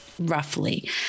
roughly